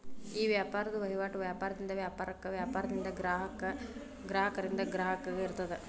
ಈ ವ್ಯಾಪಾರದ್ ವಹಿವಾಟು ವ್ಯಾಪಾರದಿಂದ ವ್ಯಾಪಾರಕ್ಕ, ವ್ಯಾಪಾರದಿಂದ ಗ್ರಾಹಕಗ, ಗ್ರಾಹಕರಿಂದ ಗ್ರಾಹಕಗ ಇರ್ತದ